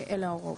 אלה ההוראות.